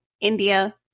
India